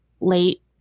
late